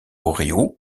ryu